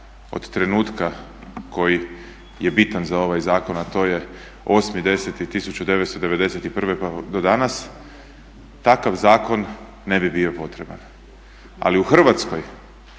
od trenutka koji je bitan za ovaj zakon, a to je 8.10.1991.pa do danas, takav zakon ne bi bio potreban. Ali u Hrvatskoj